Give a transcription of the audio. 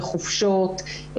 לחופשות,